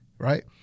Right